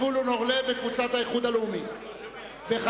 אורלב, קבוצת האיחוד הלאומי וחד"ש.